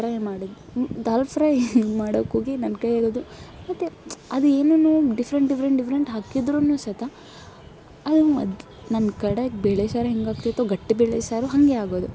try ಮಾಡಿದ್ದು dal fry ಹಿಂಗೆ ಮಾಡೋಕ್ಕೋಗಿ ನನ್ನ ಕೈಯ್ಯಾಗದು ಮತ್ತು ಅದು ಏನೇನೋ ಡಿಫ್ರೆಂಟ್ ಡಿಫ್ರೆಂಟ್ ಡಿಫ್ರೆಂಟ್ ಹಾಕಿದರೂನು ಸಹಿತ ಅದು ಮೊದ್ಲು ನನ್ನ ಕಡೆಗೆ ಬೇಳೆ ಸಾರು ಹೆಂಗಾಗ್ತಿತ್ತೋ ಗಟ್ಟಿ ಬೇಳೆ ಸಾರು ಹಾಗೆ ಆಗೋದು